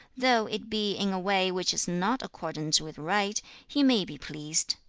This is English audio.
though it be in a way which is not accordant with right, he may be pleased.